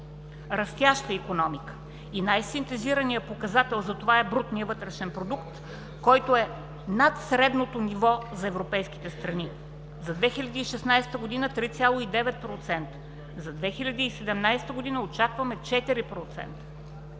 Растяща икономика. Най-синтезирания показател за това е брутният вътрешен продукт, който е над средното ниво за европейските страни. За 2016 г. – 3,9%; за 2017 г. очакваме 4%.